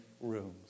rooms